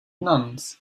nuns